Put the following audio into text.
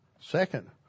Second